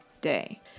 day